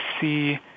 see